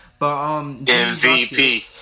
MVP